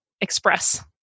express